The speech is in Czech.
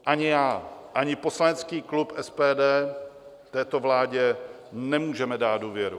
Ani já, ani poslanecký klub SPD této vládě nemůžeme dát důvěru.